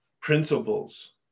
principles